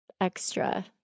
extra